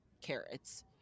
carrots